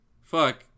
fuck